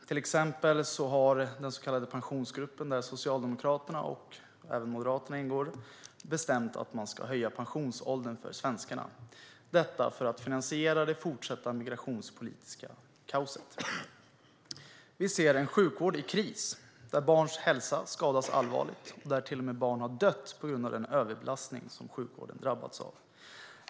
Till exempel har den så kallade Pensionsgruppen, där Socialdemokraterna och även Moderaterna, ingår bestämt att man ska höja pensionsåldern för svenskarna - detta för att finansiera det fortsatta migrationspolitiska kaoset. Vi ser en sjukvård i kris där barns hälsa skadas allvarligt, där barn till och med har dött på grund av den överbelastning som sjukvården har drabbats av.